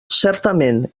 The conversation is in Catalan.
certament